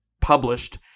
published